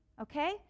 okay